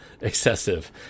excessive